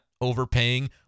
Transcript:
overpaying